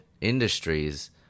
industries